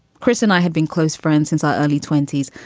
chris and i had been close friends since our early twenty s.